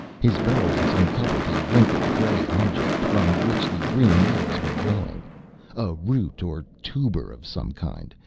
his burrowings uncovered a wrinkled gray object from which the green leaves were growing, a root or tuber of some kind.